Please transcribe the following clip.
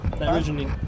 Originally